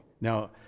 Now